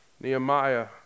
Nehemiah